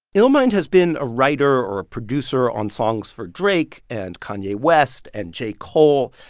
illmind has been a writer or a producer on songs for drake and kanye west and j cole.